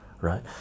right